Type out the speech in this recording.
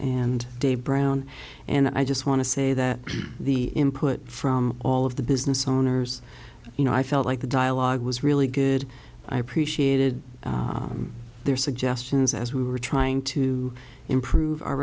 and dave brown and i just want to say that the input from all of the business owners you know i felt like the dialogue was really good i appreciated their suggestions as we were trying to improve our